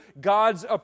God's